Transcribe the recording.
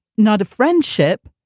not a friendship.